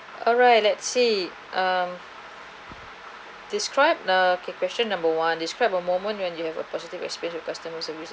alright let's see um described uh okay question number one describe a moment when you have a positive experience with customers service